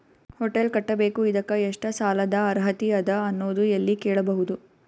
Hotel ಕಟ್ಟಬೇಕು ಇದಕ್ಕ ಎಷ್ಟ ಸಾಲಾದ ಅರ್ಹತಿ ಅದ ಅನ್ನೋದು ಎಲ್ಲಿ ಕೇಳಬಹುದು?